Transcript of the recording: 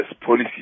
policy